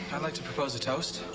i'd like to propose a toast.